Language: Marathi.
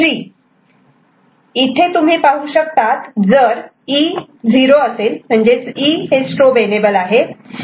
C3 इथे तुम्ही पाहू शकतात जर E 0 E स्ट्रोब एनेबल आहे